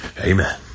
Amen